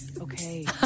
Okay